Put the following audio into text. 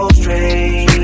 strange